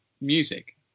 music